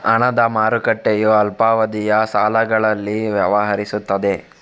ಹಣದ ಮಾರುಕಟ್ಟೆಯು ಅಲ್ಪಾವಧಿಯ ಸಾಲಗಳಲ್ಲಿ ವ್ಯವಹರಿಸುತ್ತದೆ